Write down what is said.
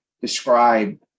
describe